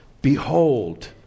Behold